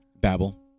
Babble